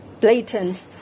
blatant